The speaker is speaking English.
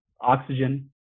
oxygen